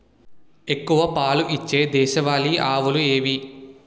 ఎక్కువ పాలు ఇచ్చే దేశవాళీ ఆవులు ఏవి?